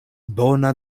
bona